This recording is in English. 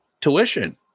tuition